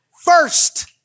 First